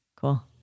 Cool